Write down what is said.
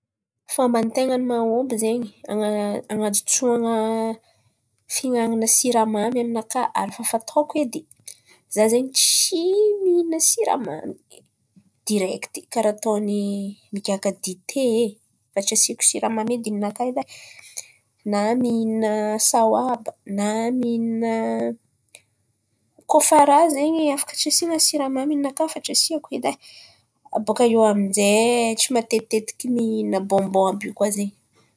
Fômba ten̈a mahomby zen̈y an̈a- an̈ajotsoana siramamy aminakà ary efa fataoko edy. Zah zen̈y tsy mihinà siramamy direkty karà ataon̈y migiaka dite e, fa tsy asiako siramamy edy ninaka edy ai na mihinà saoaba na mihinà, kô fa raha zen̈y afaka tsy asiana siramamy aminakà fa tsy asiako edy ai. Abôkà eo amin'jay tsy matetitetika mihinà bonbon àby io koa zen̈y.